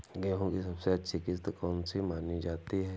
गेहूँ की सबसे अच्छी किश्त कौन सी मानी जाती है?